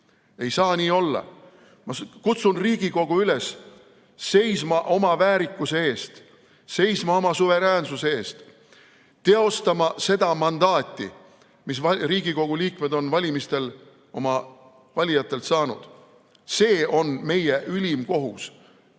Ei saa nii olla. Ma kutsun Riigikogu üles seisma oma väärikuse eest, seisma oma suveräänsuse eest, teostama seda mandaati, mis Riigikogu liikmed on valimistel oma valijatelt saanud. See on meie ülim kohus